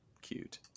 Cute